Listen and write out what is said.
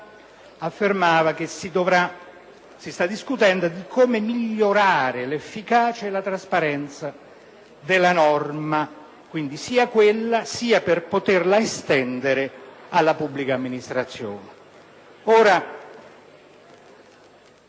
affermava: «Si sta discutendo di come migliorare l'efficacia e la trasparenza della norma» anche per poterla estendere alla pubblica amministrazione.